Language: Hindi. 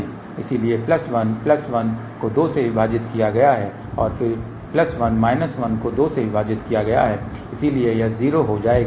इसलिए प्लस 1 प्लस 1 को 2 से विभाजित किया गया है और फिर प्लस 1 माइनस 1 को 2 से विभाजित किया गया है इसलिए यह 0 हो जाएगा